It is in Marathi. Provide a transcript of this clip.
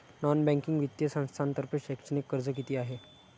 नॉन बँकिंग वित्तीय संस्थांतर्फे शैक्षणिक कर्ज किती आहे?